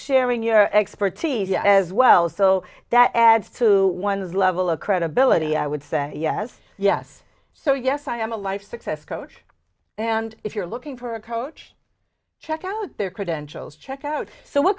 sharing your expertise as well so that adds to one's level of credibility i would say yes yes so yes i am a life success coach and if you're looking for a coach check out their credentials check out what